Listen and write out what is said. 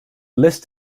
list